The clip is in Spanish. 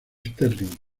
sterling